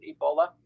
Ebola